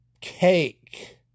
cake